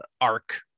arc